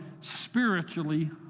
spiritually